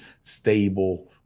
stable